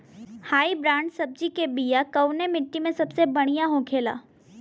Hybrid सब्जी के बिया कवने मिट्टी में सबसे बढ़ियां होखे ला?